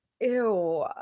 Ew